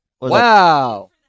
Wow